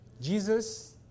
Jesus